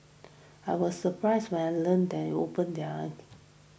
I was surprised when I learnt they open their